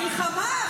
מלחמה.